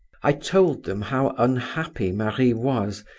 i told them how unhappy marie was,